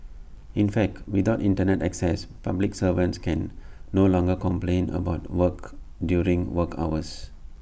in fact without Internet access public servants can no longer complain about work during work hours